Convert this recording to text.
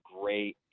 great